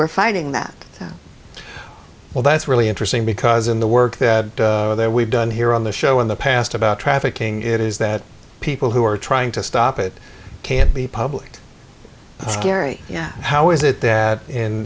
are fighting that well that's really interesting because in the work that they're we've done here on the show in the past about trafficking it is that people who are trying to stop it can't be public gary yeah how is it that